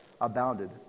abounded